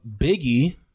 Biggie